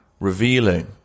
revealing